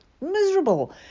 miserable